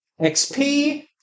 XP